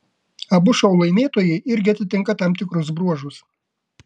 abu šou laimėtojai irgi atitinka tam tikrus bruožus